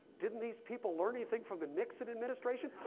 didn't these people learn anything from the nixon administration?